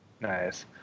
Nice